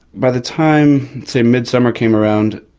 by the time, say, mid-summer came around,